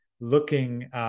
looking